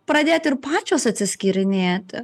pradėt ir pačios atsiskyrinėti